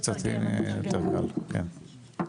זה לא מתוכנן,